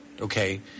Okay